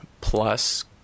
plus